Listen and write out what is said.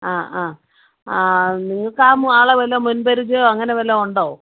ആ ആ ആ നിങ്ങൾക്ക് ആ മു ആളെ വല്ല മുൻ പരിചയമോ അങ്ങനെ വല്ലതും ഉണ്ടോ